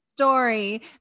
story